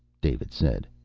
david said.